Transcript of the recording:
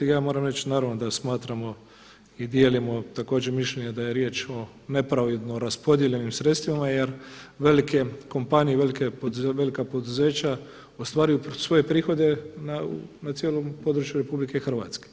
I ja moram reći naravno da smatramo i dijelimo također mišljenje da je riječ o nepravedno raspodijeljenim sredstvima jer velike kompanije, velika poduzeća ostvaruju svoje prihode na cijelom području Republike Hrvatske.